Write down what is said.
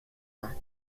länger